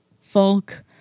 folk